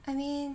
I mean